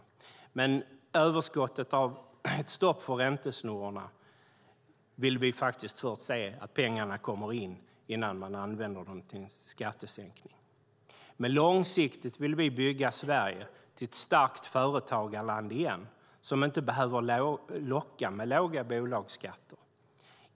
När det gäller överskottet av ett stopp för räntesnurrorna vill vi dock först se att pengarna faktiskt kommer in innan de används till en skattesänkning. Långsiktigt vill vi återigen bygga Sverige till ett starkt företagarland som inte behöver locka med låga bolagsskatter.